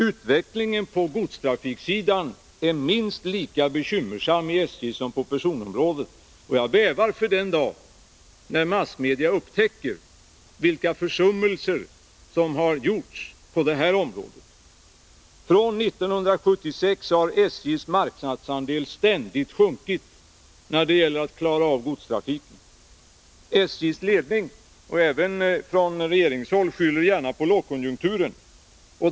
Utvecklingen på godstrafiksidan är minst lika bekymmersam för SJ som den på persontrafikområdet. Jag bävar för den dag då massmedia upptäcker försummelserna på det här området. Från 1976 har SJ:s marknadsandel ständigt sjunkit när det gäller att klara godstrafiken. SJ:s ledning skyller — liksom man gör från regeringshåll — gärna på lågkonjunkturen.